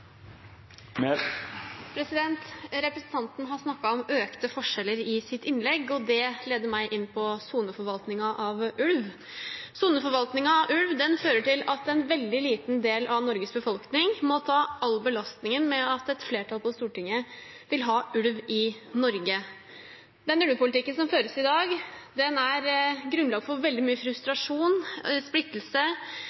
tid. Representanten har snakket om økte forskjeller i sitt innlegg, og det leder meg inn på soneforvaltningen av ulv. Soneforvaltningen av ulv fører til at en veldig liten del av Norges befolkning må ta all belastningen med at et flertall på Stortinget vil ha ulv i Norge. Den ulvepolitikken som føres i dag, er grunnlag for veldig